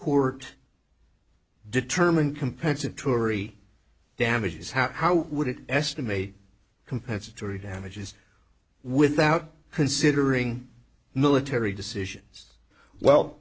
are determined compensatory damages how would it estimate compensatory damages without considering military decisions well